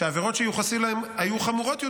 שהעבירות שיוחסו להם היו חמורות יותר,